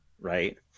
Right